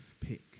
pick